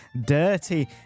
Dirty